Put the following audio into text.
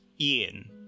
Ian